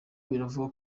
biravugwa